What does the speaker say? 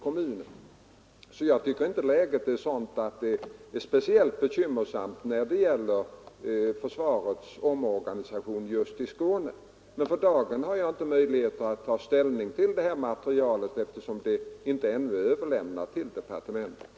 Därför tycker jag inte att läget är speciellt bekymmersamt när det gäller försvarets omorganisation just i Skåne, men för dagen har jag inte möjligheter att ta ställning till det här materialet, eftersom det ännu inte är överlämnat till departementet.